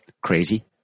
crazy